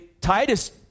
Titus